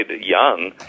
young